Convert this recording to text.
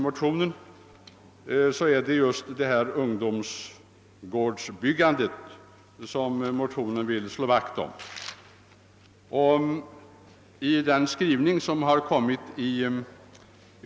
Motionärerna har i detta fall velat slå vakt om detta byggande av ungdomsgårdar.